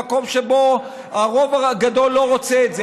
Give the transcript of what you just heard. במקום שבו הרוב הגדול לא רוצה את זה,